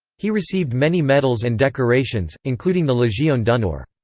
he received many medals and decorations, including the legion d'honneur.